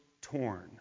torn